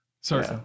Sorry